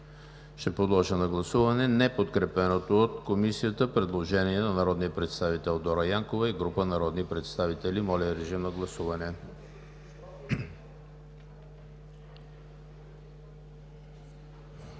Подлагам на гласуване неподкрепеното от Комисията предложение на народния представител Дора Янкова и група народни представители. Гласували